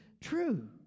true